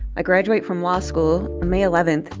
i graduate from law school may eleven.